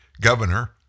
governor